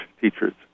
teachers